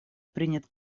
принят